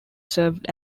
served